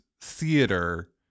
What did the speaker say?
theater